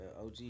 OG